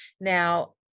Now